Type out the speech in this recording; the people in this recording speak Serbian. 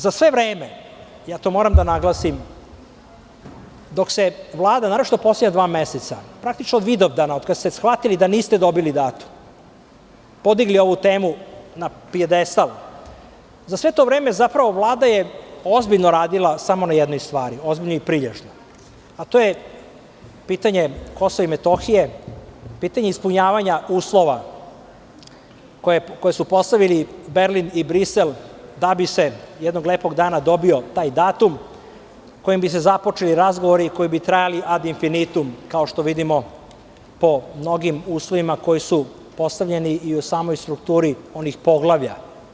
Za sve vreme, to moram da naglasim, naročito u poslednja dva meseca, praktično od Vidovdana, od kad ste shvatili da niste dobili datum, podigli ovu temu na pijedestal, za sve to vreme zapravo Vlada je ozbiljno radila samo na jednoj stvari ozbiljno i prilježno, a to je pitanje Kosova i Metohije, pitanje ispunjavanja uslova koje su postavili Berlin i Brisel da bi se jednog lepog dana dobio taj datum, kojim bi se započeli razgovori koji bi trajali ad infinitum, kao što vidimo po mnogim uslovima koji su postavljeni i u samoj strukturi onih poglavlja.